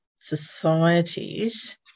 societies